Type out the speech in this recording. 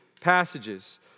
passages